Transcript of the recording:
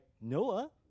Noah